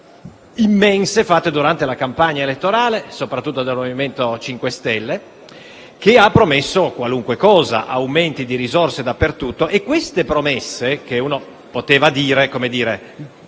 immense fatte durante la campagna elettorale, soprattutto dal MoVimento 5 Stelle, che ha promesso qualunque cosa e aumenti di risorse dappertutto. Queste promesse, che uno poteva dire